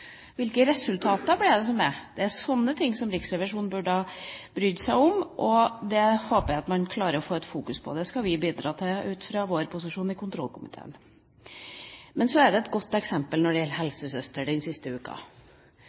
som oppnås. Det er sånne ting Riksrevisjonen burde ha brydd seg om, og det håper jeg man klarer å fokusere på. Det skal vi bidra til ut fra vår posisjon i kontrollkomiteen. Så er det et godt eksempel når det gjelder helsesøstertjenesten, den siste uka.